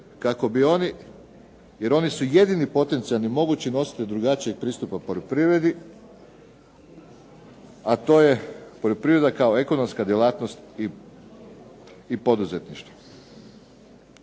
jer oni su jedini potencijalni mogući nositelj drugačijeg pristupa poljoprivredi, a to je poljoprivreda kao ekonomska djelatnost i poduzetništvo.